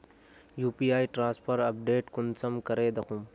UPI transfer update कुंसम करे दखुम?